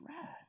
wrath